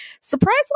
Surprisingly